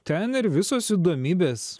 ten ir visos įdomybės